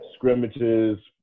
Scrimmages